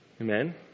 Amen